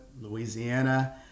Louisiana